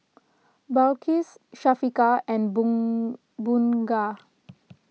Balqis Syafiqah and Bun Bunga